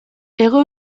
hego